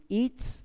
eats